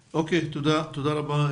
אפרת, תודה רבה.